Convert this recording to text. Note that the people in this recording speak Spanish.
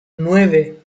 nueve